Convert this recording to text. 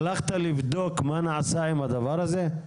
הלכת לבדוק מה נעשה עם הדבר הזה?